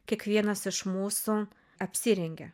kiekvienas iš mūsų apsirengia